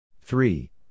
Three